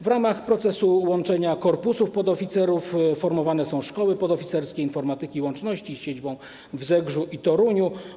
W ramach łączenia korpusów podoficerów formowane są szkoły podoficerskie informatyki i łączności z siedzibą w Zegrzu i Toruniu.